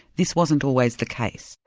this wasn't always the case.